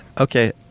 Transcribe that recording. Okay